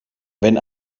wenn